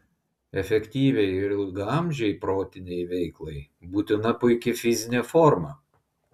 efektyviai ir ilgaamžei protinei veiklai būtina puiki fizinė forma